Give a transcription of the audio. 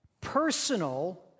personal